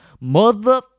Mother